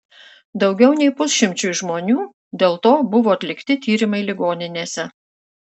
daugiau nei pusšimčiui žmonių dėl to buvo atlikti tyrimai ligoninėse